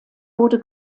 wurde